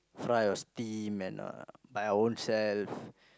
fry or steam and uh buy our own self